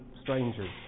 strangers